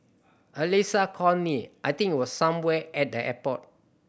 Alyssa called me I think it was somewhere at the airport